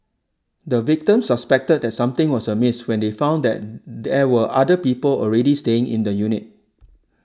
the victims suspected that something was amiss when they found that there were other people already staying in the unit